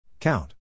Count